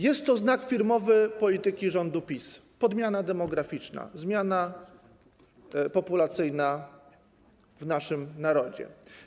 Jest to znak firmowy polityki rządu PiS - podmiana demograficzna, zmiana populacyjna w naszym narodzie.